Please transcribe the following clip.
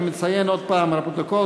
אני מציין עוד פעם לפרוטוקול,